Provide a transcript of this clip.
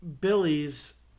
Billy's